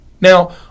Now